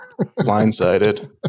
blindsided